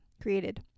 created